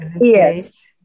yes